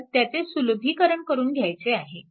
केवळ त्याचे सुलभीकरण करून घ्यायचे आहे